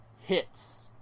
hits